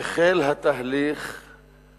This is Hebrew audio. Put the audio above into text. החל התהליך של